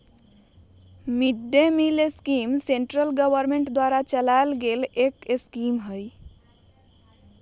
mid day meal scheme central government द्वारा चलावल गईल एक स्कीम हई